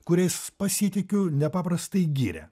kuriais pasitikiu nepaprastai giria